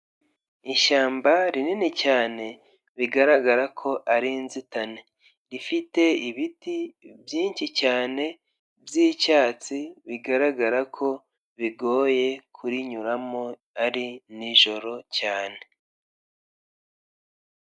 Ishyamba rinini cyane bigaragara ko ari inzitane rifite ibiti byinshi cyane by'icyatsi bigaragara ko bigoye kurinyuramo ari nijoro cyane.